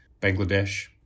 Bangladesh